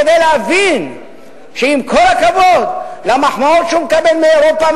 כדי להבין שעם כל הכבוד למחמאות שהוא מקבל מאירופה,